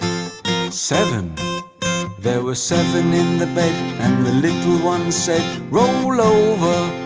seven there were seven in the bed and the little one said roll over,